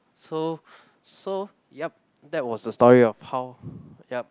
so so yup that was the story of how yup